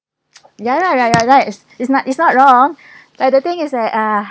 ya lah right right right it's it's not it's not wrong but the thing is that uh